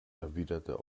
erwiderte